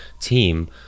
team